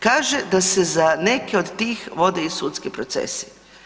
Kaže da se za neke od tih vode i sudski procesi.